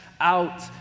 out